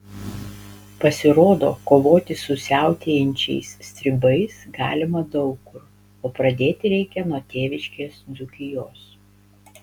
pasirodo kovoti su siautėjančiais stribais galima daug kur o pradėti reikia nuo tėviškės dzūkijos